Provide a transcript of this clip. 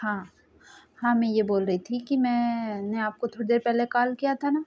हाँ हाँ मैं ये बोल रही थी कि मैंने आपको थोड़ी देर पहले काल किया था न